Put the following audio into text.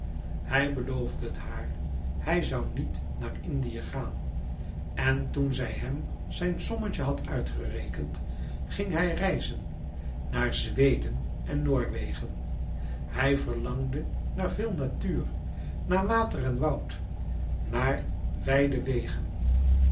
hij beloofde het haar hij zoû niet naar indië gaan en toen zij hem zijn sommetje had uitgerekend ging hij reizen naar zweden en noorwegen hij verlangde naar veel natuur naar water en woud naar wijde wegen